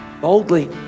Boldly